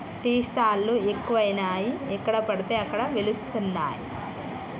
tea stall లు ఎక్కువయినాయి ఎక్కడ పడితే అక్కడ వెలుస్తానయ్